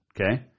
okay